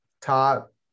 top